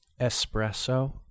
Espresso